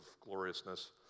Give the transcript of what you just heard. gloriousness